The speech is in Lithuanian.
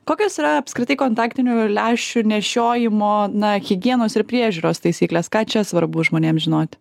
kokios yra apskritai kontaktinių lęšių nešiojimo na higienos ir priežiūros taisyklės ką čia svarbu žmonėm žinoti